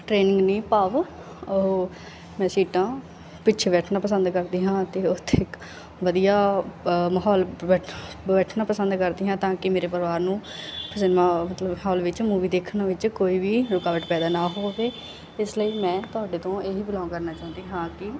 training ਨਹੀਂ ਭਾਵ ਉਹ ਮੈਂ ਸੀਟਾਂ ਪਿੱਛੇ ਬੈਠਣਾ ਪਸੰਦ ਕਰਦੀ ਹਾਂ ਅਤੇ ਉੱਥੇ ਵਧੀਆ ਮਾਹੌਲ ਬੈਠਾ ਬੈਠਣਾ ਪਸੰਦ ਕਰਦੀ ਹਾਂ ਤਾਂ ਕਿ ਮੇਰੇ ਪਰਿਵਾਰ ਨੂੰ ਸਿਨੇਮਾ ਮਤਲਬ ਹਾਲ ਵਿੱਚ ਮੂਵੀ ਦੇਖਣ ਵਿੱਚ ਕੋਈ ਵੀ ਰੁਕਾਵਟ ਪੈਦਾ ਨਾ ਹੋਵੇ ਇਸ ਲਈ ਮੈਂ ਤੁਹਾਡੇ ਤੋਂ ਇਹ ਹੀ ਬਿਲੋਂਗ ਕਰਨਾ ਚਾਹੁੰਦੀ ਹਾਂ ਕਿ